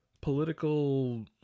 political